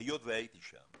היות שהייתי שם,